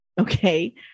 Okay